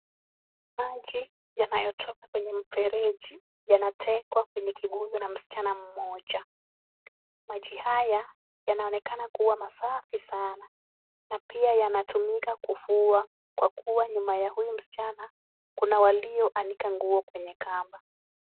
Maji yanayotoka kwenye mfereji yanatekwa kwenye kibuyu na msichana mmoja. Maji haya yanaonekana kuwa masafi sana na pia yanatumika kufua kwa kuwa nyuma ya huyu msichana kuna walioanika nguo kwenye kamba.